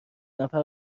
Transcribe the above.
نفر